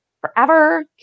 Forever